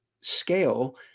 scale